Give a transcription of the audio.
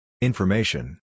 Information